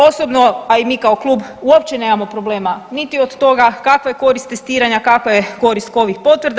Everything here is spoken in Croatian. Osobno, a i mi kao klub uopće nemamo problema niti od toga kakva je korist testiranja, kakva je korist covid potvrda.